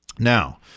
Now